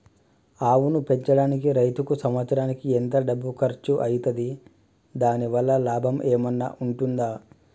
ఆవును పెంచడానికి రైతుకు సంవత్సరానికి ఎంత డబ్బు ఖర్చు అయితది? దాని వల్ల లాభం ఏమన్నా ఉంటుందా?